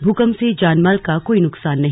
भूकंप से जान माल का कोई नुकसान नहीं